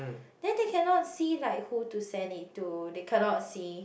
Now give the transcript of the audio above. then they cannot see like who to send it to they cannot see